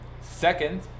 second